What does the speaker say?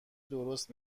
درست